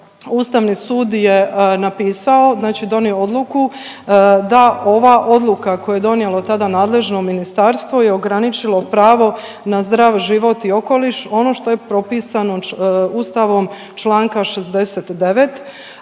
Ustavni sud je napisao, znači donio odluku da ova odluka koju je donijelo tada nadležno ministarstvo je ograničilo pravo na zdrav život i okoliš. Ono što je propisano Ustavom čl. 69.